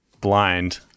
blind